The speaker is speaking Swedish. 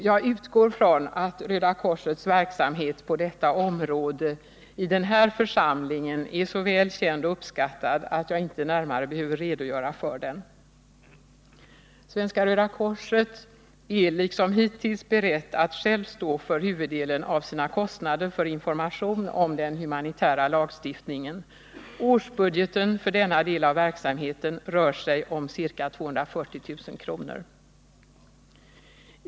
Jag utgår från att Röda korsets verksamhet på detta område i den här församlingen är så väl känd och uppskattad att jag inte närmare behöver redogöra för den. Svenska röda korset är liksom hittills berett att självt stå för huvuddelen av sina kostnader för information om den humanitära lagstiftningen. Årsbudgeten för denna del av verksamheten rör sig om ca 240 000 kr.